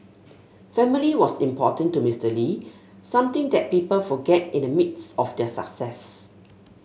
family was important to Mister Lee something that people forget in the midst of their success